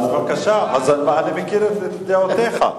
אז בבקשה, אני מכיר את זה מדעותיך.